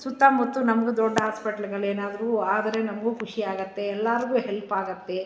ಸುತ್ತಮುತ್ತ ನಮ್ಗೆ ದೊಡ್ಡ ಹಾಸ್ಪೆಟ್ಲ್ಗಳೇನಾದರೂ ಆದರೆ ನಮಗೂ ಖುಷಿಯಾಗತ್ತೆ ಎಲ್ಲಾರಿಗೂ ಹೆಲ್ಪ್ ಆಗತ್ತೆ